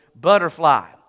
butterfly